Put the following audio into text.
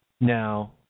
Now